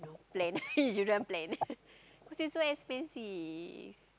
plan you shouldn't plan because it is so expensive